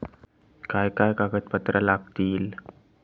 काय काय कागदपत्रा लागतील?